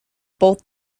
both